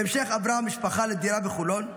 בהמשך עברה המשפחה לדירה בחולון.